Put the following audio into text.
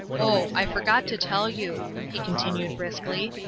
oh, i forgot to tell you, he continued briskly,